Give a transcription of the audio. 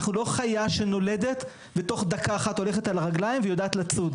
אנחנו לא חיה שנולדת ותוך דקה אחת הולכת על הרגליים ויודעת לצוד.